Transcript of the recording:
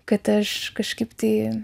kad aš kažkaip tai